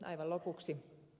aivan lopuksi